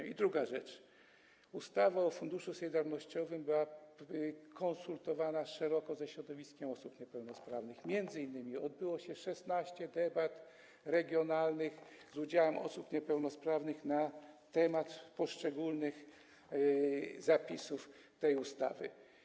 I druga rzecz - ustawa o funduszu solidarnościowym była konsultowana szeroko ze środowiskiem osób niepełnosprawnych, m.in. odbyło się 16 debat regionalnych z udziałem osób niepełnosprawnych na temat poszczególnych zapisów tej ustawy.